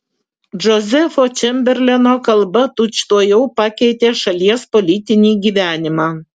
džozefo čemberleno kalba tučtuojau pakeitė šalies politinį gyvenimą